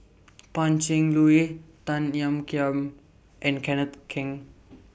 Pan Cheng Lui Tan Ean Kiam and Kenneth Keng